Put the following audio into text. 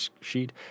sheet